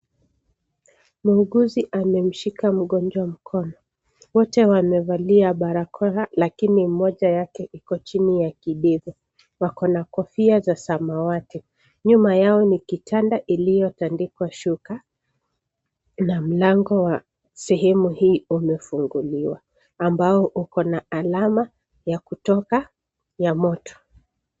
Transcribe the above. Munguzi amemshika mgonjwa mkono. Wote wamevalia barakoa, lakini mmoja yake ikochini ya kidevu. Wako na kofia za samawati. Nyuma yao ni kitanda, iliyo tandikwa shuka. Na mlango wa sehemu hii omefunguliwa. Ambao ukona alama ya kutoka ya moto.